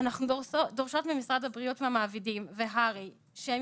אנחנו דורשות ממשרד הבריאות מהמעבידים והר"י שהם